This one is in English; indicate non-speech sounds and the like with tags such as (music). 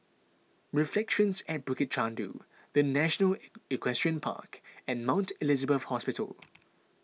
Reflections at Bukit Chandu the National (noise) Equestrian Park and Mount Elizabeth Hospital